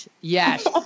Yes